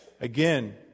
Again